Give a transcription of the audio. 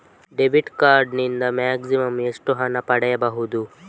Debit card ನಿಂದ maximum ಎಷ್ಟು ಹಣ ಪಡೆಯಬಹುದು?